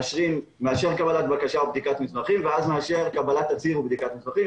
מאשר קבלת בקשה ובדיקת מסמכים ואז מאשר קבלת תצהיר ובדיקת מסמכים.